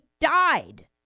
died